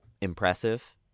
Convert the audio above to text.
impressive